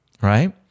Right